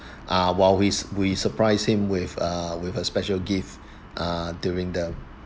ah while his we surprise him with a with a special gift uh during the